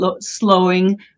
slowing